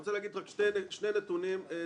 אני רוצה להתייחס לשני נתונים תקציביים.